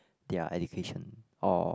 their education or